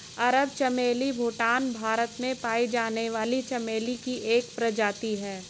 अरब चमेली भूटान और भारत में पाई जाने वाली चमेली की एक प्रजाति है